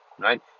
right